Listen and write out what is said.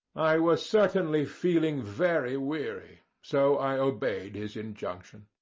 i was certainly feeling very weary, so i obeyed his injunction.